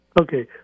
Okay